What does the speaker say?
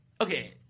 Okay